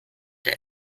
der